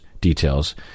details